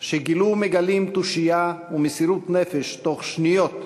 שגילו ומגלים תושייה ומסירות נפש תוך שניות,